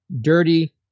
dirty